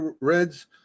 Reds